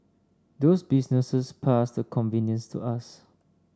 those businesses pass the convenience to us